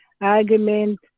argument